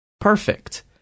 perfect